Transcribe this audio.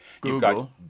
google